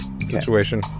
situation